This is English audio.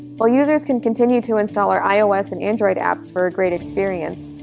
while users can continue to install our ios and android apps for a great experience,